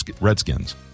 Redskins